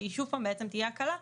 ששוב תהיה הקלה,